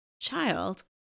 child